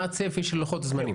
מה לוחות הזמנים?